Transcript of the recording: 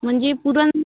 म्हणजे पुरण